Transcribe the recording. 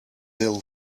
ill